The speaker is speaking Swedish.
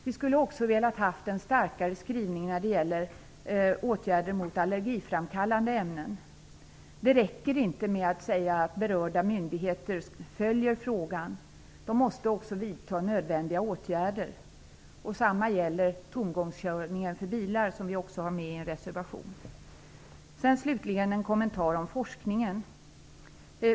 Vi skulle också velat ha en starkare skrivning när det gäller åtgärder mot allergiframkallande ämnen. Det räcker inte med att säga att berörda myndigheter följer frågan. De måste också vidta nödvändiga åtgärder. Samma sak gäller tomgångskörningen för bilar, som vi också har med i en reservation. Slutligen vill jag göra en kommentar om forskningen.